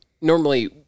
Normally